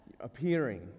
Appearing